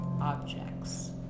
objects